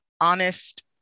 honest